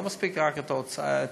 לא מספיק רק הפנים.